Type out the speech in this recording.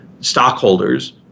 stockholders